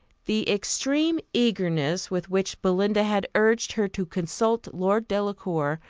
the extreme eagerness with which belinda had urged her to consult lord delacour,